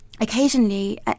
occasionally